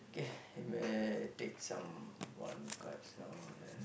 K you may take some one card and